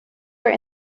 are